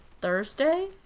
Thursday